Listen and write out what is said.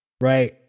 Right